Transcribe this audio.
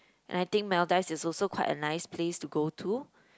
and I think Maldives is also quite a nice place to go to